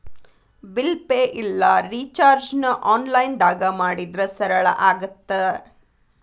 bill pay ಇಲ್ಲಾ ರಿಚಾರ್ಜ್ನ ಆನ್ಲೈನ್ದಾಗ ಮಾಡಿದ್ರ ಸರಳ ಆಗತ್ತ